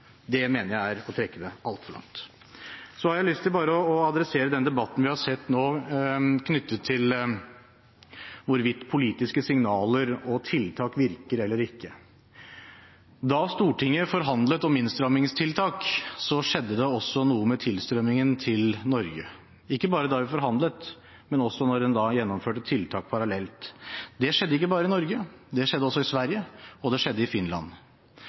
dimensjoner, mener jeg er å trekke det altfor langt. Jeg har lyst å adressere den debatten vi har sett nå, knyttet til hvorvidt politiske signaler og tiltak virker eller ikke: Da Stortinget forhandlet om innstrammingstiltak, skjedde det også noe med tilstrømmingen til Norge – ikke bare da vi forhandlet, men også da en gjennomførte tiltak parallelt. Det skjedde ikke bare i Norge, det skjedde også i Sverige og i Finland.